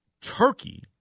turkey